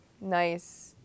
nice